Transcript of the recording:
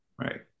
Right